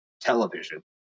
television